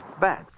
bad